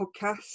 podcast